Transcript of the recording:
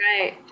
right